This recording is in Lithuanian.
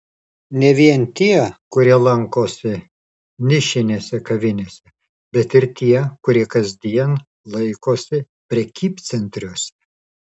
ne vien tie kurie lankosi nišinėse kavinėse bet ir tie kurie kasdien laikosi prekybcentriuose